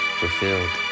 fulfilled